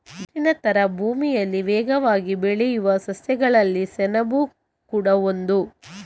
ಬಿದಿರಿನ ತರ ಭೂಮಿಯಲ್ಲಿ ವೇಗವಾಗಿ ಬೆಳೆಯುವ ಸಸ್ಯಗಳಲ್ಲಿ ಸೆಣಬು ಕೂಡಾ ಒಂದು